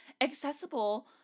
accessible